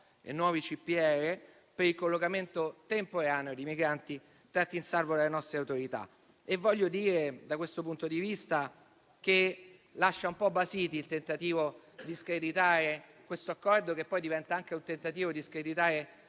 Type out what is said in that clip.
e nuovi CPR per il collocamento temporaneo dei migranti tratti in salvo dalle nostre autorità. Voglio dire, da questo punto di vista, che lascia un po' basiti il tentativo di screditare questo accordo, che poi diventa anche un tentativo di screditare